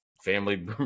Family